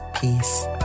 peace